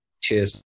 Cheers